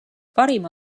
parima